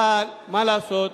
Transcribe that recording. אבל מה לעשות,